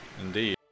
Indeed